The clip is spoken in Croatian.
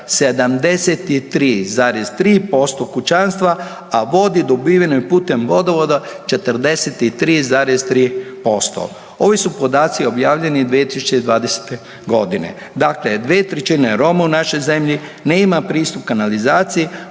73,3% kućanstva, a vodi dobivenoj putem vodovoda 43,3%. Ovi su podaci objavljeni 2020.g., dakle 2/3 Roma u našoj zemlji nema pristup kanalizaciji,